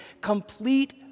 complete